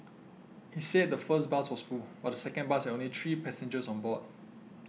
he said the first bus was full but the second bus had only three passengers on board